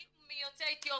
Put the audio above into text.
אתם בורחים מיוצאי אתיופיה.